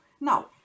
Now